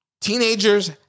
Teenagers